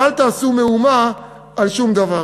ואל תעשו מהומה על שום דבר.